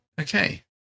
Okay